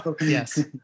yes